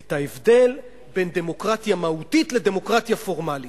את ההבדל בין דמוקרטיה מהותית לדמוקרטיה פורמלית.